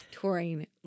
touring